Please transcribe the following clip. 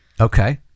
Okay